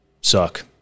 suck